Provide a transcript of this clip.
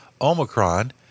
Omicron